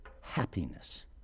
happiness